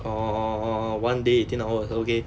orh one day 一天 oh okay